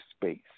space